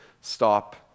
stop